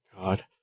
god